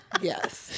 Yes